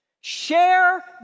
Share